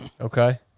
Okay